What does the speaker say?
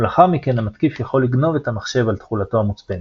ולאחר מכן המתקיף יכול לגנוב את המחשב על תכולתו המוצפנת.